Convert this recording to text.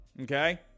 okay